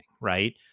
right